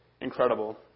incredible